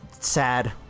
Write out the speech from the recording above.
sad